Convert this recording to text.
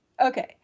Okay